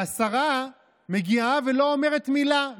והשרה מגיעה ולא אומרת מילה.